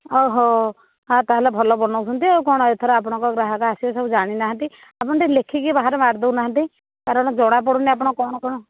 ଓହୋ ହଁ ତାହାଲେ ଭଲ ବନଉଛନ୍ତି ଆଉ କ'ଣ ଏଥର ଆପଣଙ୍କ ଗ୍ରାହକ ଆସିବେ ସବୁ ଜାଣିନାହାନ୍ତି ଆପଣ ଟିକିଏ ଲେଖିକି ବାହାରେ ମାରି ଦେଉନାହାନ୍ତି କାରଣ ଜଣା ପଡ଼ୁନି ଆପଣ କ'ଣ କ'ଣ